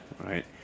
right